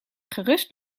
gerust